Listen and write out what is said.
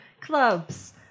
clubs